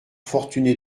fortuné